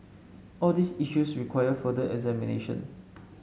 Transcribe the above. all these issues require further examination